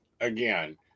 again